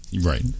Right